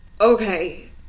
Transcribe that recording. okay